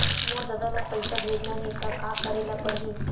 मोर ददा ल पईसा भेजना हे त का करे ल पड़हि?